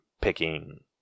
picking